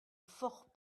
fort